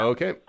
Okay